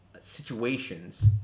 situations